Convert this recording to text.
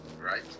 right